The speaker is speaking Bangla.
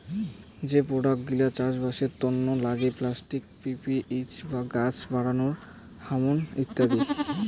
যে প্রোডাক্ট গিলা চাষবাসের তন্ন লাগে পেস্টিসাইড, পি.পি.এইচ বা গাছ বাড়ানোর হরমন ইত্যাদি